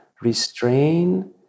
restrain